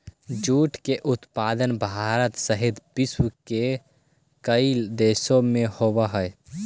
jute के उत्पादन भारत सहित विश्व के कईक देश में होवऽ हइ